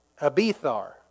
Abithar